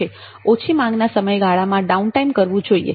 ઓછી માંગના સમયગાળામાં ડાઉનટાઈમ કરવું જોઈએ